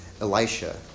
Elisha